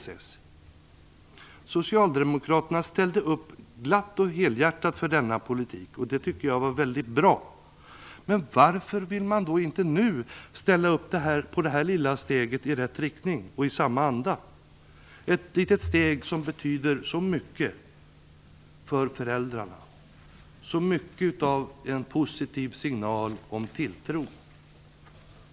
Socialdemokraterna ställde upp glatt och helhjärtat för denna politik, och det tycker jag var väldigt bra. Varför vill man inte nu ställa upp på detta lilla steg i rätt riktning och i samma anda? Det är ett litet steg som betyder så mycket för föräldrarna och är en positiv signal om tilltro.